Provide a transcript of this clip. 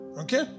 Okay